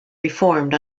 reformed